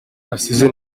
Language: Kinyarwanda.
asize